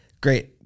great